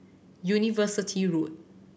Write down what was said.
University Road